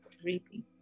Creepy